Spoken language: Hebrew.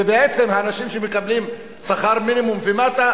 ובעצם האנשים שמקבלים שכר מינימום ומטה